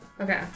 Okay